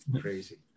crazy